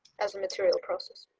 as a material process.